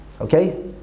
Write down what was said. Okay